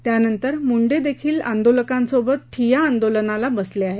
त्यानंतर मुंडे देखील आंदोलकांसोबत ठिय्या आंदोलनाला बसले आहेत